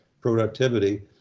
productivity